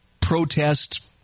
protest